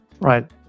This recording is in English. Right